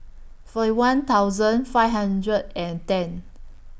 forty one thousand five hundred and ten